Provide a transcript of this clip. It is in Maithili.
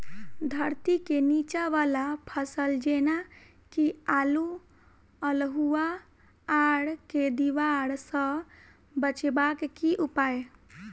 धरती केँ नीचा वला फसल जेना की आलु, अल्हुआ आर केँ दीवार सऽ बचेबाक की उपाय?